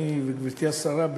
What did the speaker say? אני וגברתי השרה,